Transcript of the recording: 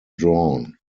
drawn